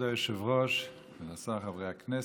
כבוד היושב-ראש, כבוד השר, חברי הכנסת,